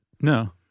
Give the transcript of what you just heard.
No